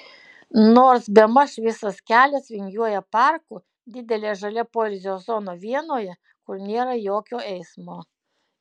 nors bemaž visas kelias vingiuoja parku didele žalia poilsio zona vienoje kur nėra jokio eismo